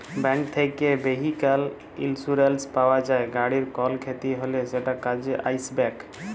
bank থ্যাকে vehicle insurance পাউয়া যায়, গাড়ির কল খ্যতি হ্যলে সেট কাজে আইসবেক